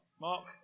Mark